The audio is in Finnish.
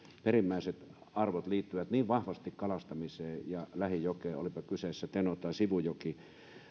perimmäiset arvonsa liittyvät niin vahvasti kalastamiseen ja lähijokeen olipa kyseessä teno tai sivujoki